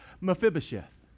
Mephibosheth